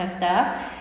of stuff